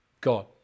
God